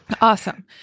Awesome